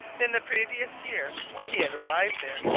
in the previous year, when he had arrived there,